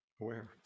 aware